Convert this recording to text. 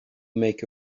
make